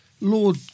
Lord